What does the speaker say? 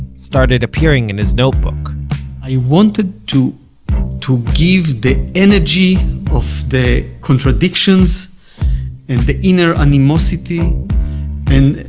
started appearing in his notebook i wanted to to give the energy of the contradictions and the inner animosity and,